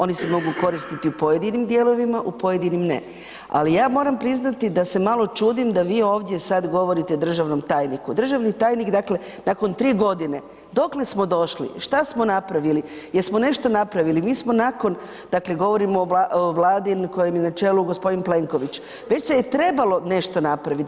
Oni se mogu koristiti u pojedinim dijelovima, u pojedinim ne ali ja moram priznati da se malo čudim da vi ovdje sad govorite državnom tajniku, državni tajnik dakle nakon 3 g., dokle smo došli, šta smo napravili, jel smo nešto napravili, mi smo nakon, dakle govorimo o Vladi kojoj je čelu g. Plenković, već se je trebalo nešto napravit.